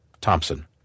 Thompson